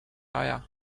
aja